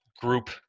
group